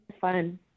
fun